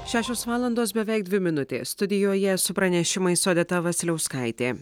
šešios valandos beveik dvi minutės studijoje su pranešimais odeta vasiliauskaitė